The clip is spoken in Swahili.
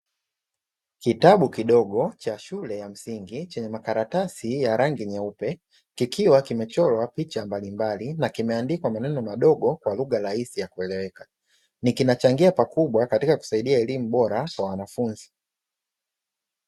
Kitabu kidogo cha shule ya msingi kina makataratasi ya rangi nyeupe, kikiwa kimechora picha mbalimbali na kimeandikwa kwa maneno madogo ya lugha raisi ya kueleweka, na kinachangia pakubwa katika kusaidia elimu bora kwa wanafunzi.